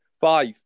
five